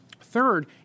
Third